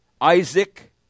Isaac